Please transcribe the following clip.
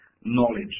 knowledge